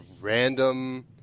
random